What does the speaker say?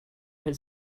his